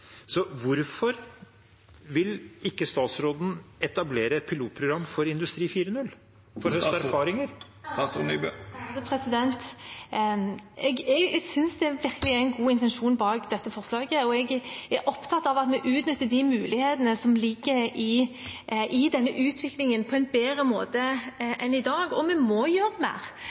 Hvorfor vil ikke statsråden etablere et pilotprogram for industri 4.0 for å høste erfaringer? Jeg synes det er en god intensjon bak dette forslaget, og jeg er opptatt av at vi utnytter de mulighetene som ligger i denne utviklingen, på en bedre måte enn i dag. Vi må gjøre mer